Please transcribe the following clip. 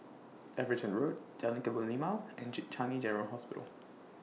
Everton Road Jalan Kebun Limau and Changi General Hospital